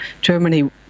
Germany